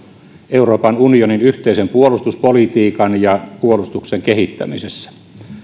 euroopan unionin yhteisen puolustuspolitiikan ja puolustuksen kehittämisessä